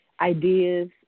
ideas